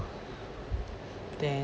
then